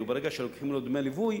וברגע שלוקחים לו את דמי הליווי,